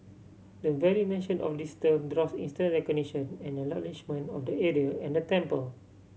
the very mention of this term draws instant recognition and acknowledgement of the area and the temple